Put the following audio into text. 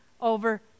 over